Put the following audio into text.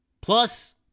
Plus